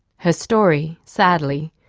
her story, sadly,